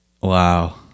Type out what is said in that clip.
Wow